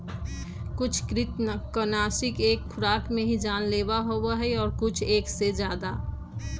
कुछ कृन्तकनाशी एक खुराक में ही जानलेवा होबा हई और कुछ एक से ज्यादा